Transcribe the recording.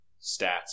stats